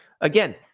Again